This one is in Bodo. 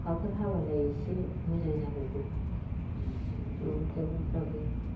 अखाफोर हाबालाय एसे मोजां जागौ मैगं थाइगंफ्राबो